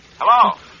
Hello